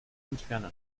entfernen